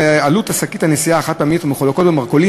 עלות שקיות הנשיאה החד-פעמיות המחולקות במרכולים